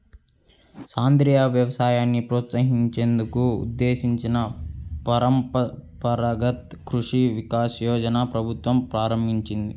సేంద్రియ వ్యవసాయాన్ని ప్రోత్సహించేందుకు ఉద్దేశించిన పరంపరగత్ కృషి వికాస్ యోజనని ప్రభుత్వం ప్రారంభించింది